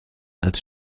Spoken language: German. als